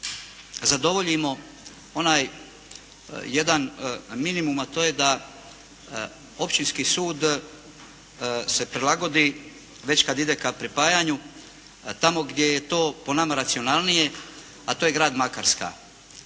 zadovoljimo onaj jedan minimum a to je da općinski sud se prilagodi već kada ide ka pripajanju, tamo gdje je to po nama racionalnije, a to je grad Makarska.